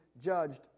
judged